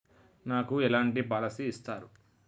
నాకు ఎలాంటి పాలసీ ఇస్తారు?